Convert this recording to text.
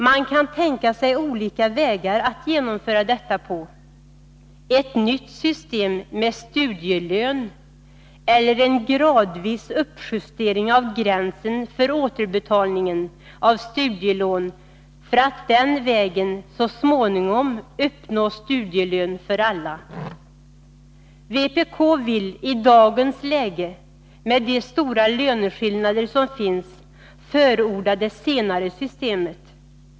Man kan tänka sig olika vägar att genomföra detta på — ett nytt system med studielön eller en gradvis uppjustering av gränsen för återbetalningen av studielån för att den vägen så småningom uppnå studielön för alla. Vpk vill i dagens läge — med de stora löneskillnader som finns — förorda det senare systemet.